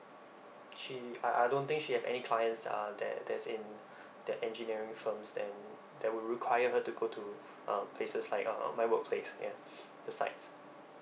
she I I don't think she have any clients uh that that's in the engineering firms then that will require her to go to uh places like uh my workplace ya the sites